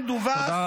-- תודה, נא לסיים.